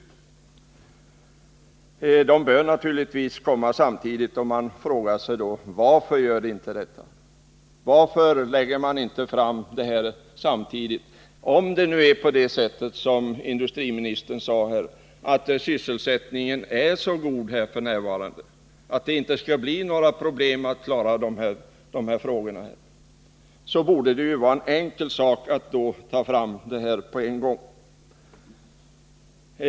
De båda planerna bör naturligtvis komma samtidigt, och den fråga som då uppstår är denna: Varför lägger man inte fram dem samtidigt? Om det nu är så som industriministern sade att sysselsättningen är så god f. n. att det inte skulle bli några problem att klara dessa frågor, borde det ju vara en enkel sak att ta fram planerna på en gång.